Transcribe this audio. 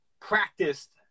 practiced